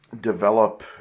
develop